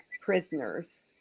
prisoners